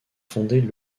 fondées